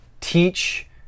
teach